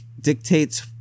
Dictates